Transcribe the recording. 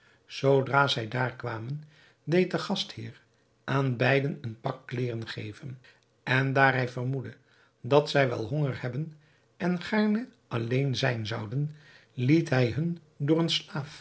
zoodra zij daar kwamen deed de gastheer aan beiden een pak kleêren geven en daar hij vermoedde dat zij wel honger hebben en gaarne alleen zijn zouden liet hij hun door